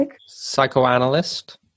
psychoanalyst